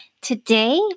Today